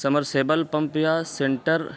submersible pump یا centre